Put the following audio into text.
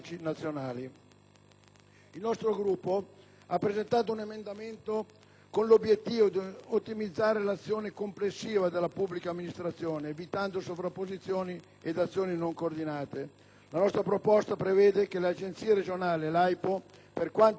Il nostro Gruppo ha presentato un emendamento con l'obiettivo di ottimizzare l'azione complessiva della pubblica amministrazione, evitando sovrapposizioni ed azioni non coordinate. La nostra proposta prevede che le Agenzie regionali (e l'AIPO, per quanto riguarda il fiume Po)